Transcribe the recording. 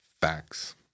facts